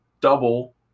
double